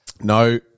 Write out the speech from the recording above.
No